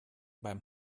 beim